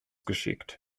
geschickt